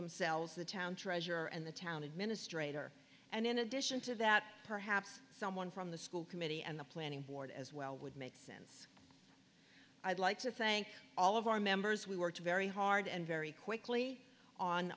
themselves the town treasurer and the town administrator and in addition to that perhaps someone from the school committee and the planning board as well would make sense i'd like to thank all of our members we worked very hard and very quickly on